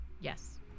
yes